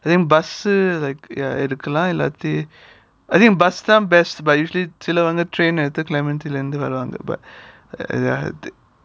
I think bus எடுக்கலாம் இல்லாட்டி:edukalaam illaatti I think bus தான்:thaan best but usually சிலவங்க:silavanga train எடுத்து:eduthu clemeti leh இருந்து வருவாங்க:irunthu varuvaanga